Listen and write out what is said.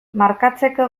markatzeko